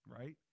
right